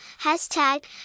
hashtag